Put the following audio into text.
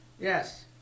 Yes